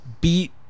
beat